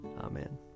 Amen